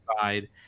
side